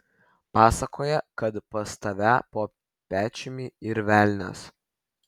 pasakoja kad pas tave po pečiumi yr velnias